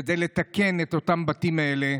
כדי לתקן את הבתים האלה.